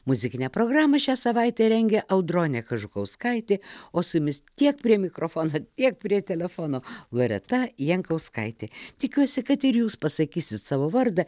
muzikinę programą šią savaitę rengė audronė kažukauskaitė o su jumis tiek prie mikrofono tiek prie telefono loreta jankauskaitė tikiuosi kad ir jūs pasakysit savo vardą